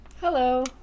Hello